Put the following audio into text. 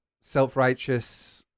self-righteous